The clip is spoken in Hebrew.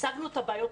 והצגנו את הבעיות.